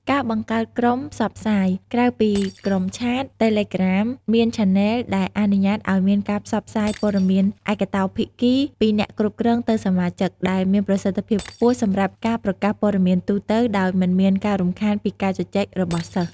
ការបង្កើតក្រុមផ្សព្វផ្សាយ ក្រៅពី ក្រុមឆាត, តេឡេក្រាម មាន ឆាណែល ដែលអនុញ្ញាតឲ្យមានការផ្សព្វផ្សាយព័ត៌មានឯកតោភាគី (ពីអ្នកគ្រប់គ្រងទៅសមាជិក) ដែលមានប្រសិទ្ធភាពខ្ពស់សម្រាប់ការប្រកាសព័ត៌មានទូទៅ ដោយមិនមានការរំខានពីការជជែករបស់សិស្ស។